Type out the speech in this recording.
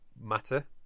Matter